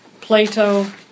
Plato